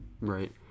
Right